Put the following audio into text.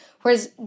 Whereas